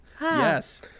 Yes